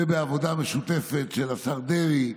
ובעבודה משותפת של השר דרעי,